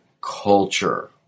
culture